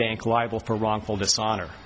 bank liable for wrongful dishonor